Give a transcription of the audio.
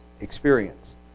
Experience